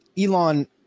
Elon